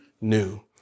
new